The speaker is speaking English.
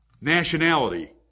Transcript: Nationality